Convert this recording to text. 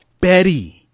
Betty